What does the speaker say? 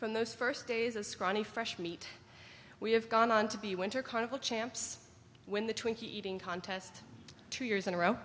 from those first days of scrawny freshmeat we have gone on to be winter carnival champs when the twinkie eating contest two years in a row